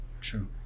True